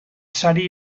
sari